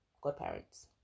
godparents